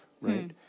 right